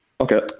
Okay